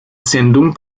sendung